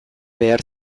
behar